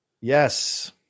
Yes